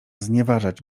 znieważać